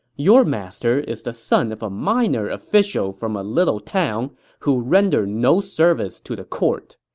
your master is the son of a minor official from a little town who rendered no service to the court.